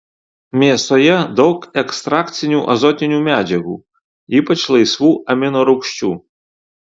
mėsoje daug ekstrakcinių azotinių medžiagų ypač laisvų aminorūgščių